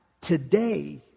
today